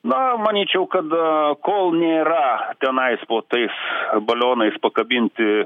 na manyčiau kad kol nėra tenais po tais balionais pakabinti